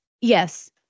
Yes